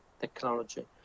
technology